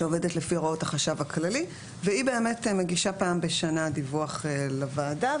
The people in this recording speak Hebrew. שעובדת לפי הוראות החשב הכללי והיא באמת מגישה פעם בשנה דיווח לוועדה,